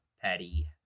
Patty